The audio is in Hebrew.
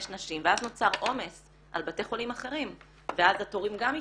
נשים ואז נוצר עומס על בתי חולים אחרים ואז התורים גם מתעכבים.